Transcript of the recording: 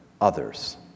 others